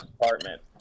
apartment